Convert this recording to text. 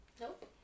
Nope